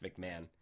McMahon